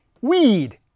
weed